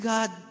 God